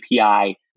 API